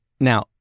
Now